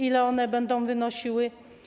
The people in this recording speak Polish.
Ile one będą wynosiły?